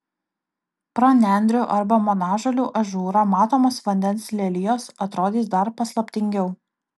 pro nendrių arba monažolių ažūrą matomos vandens lelijos atrodys dar paslaptingiau